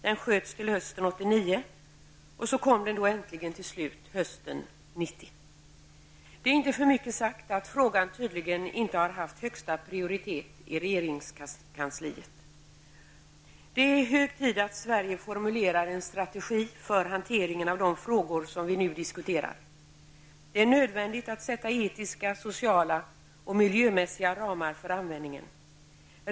Den sköts upp till hösten 1989. Och så kom den då äntligen hösten 1990. Det är inte för mycket sagt att frågan tydligen inte har haft högsta prioritet i regeringskansliet. Det är hög tid att Sverige formulerar en strategi för hanteringen av de frågor som vi nu diskuterar. Det är nödvändigt att sätta etiska, sociala och miljömässiga ramar för användningen.